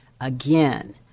Again